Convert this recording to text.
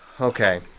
Okay